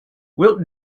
wilton